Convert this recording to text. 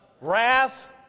wrath